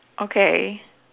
okay